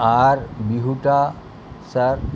আর বিহুটা স্যর